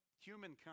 humankind